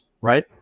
right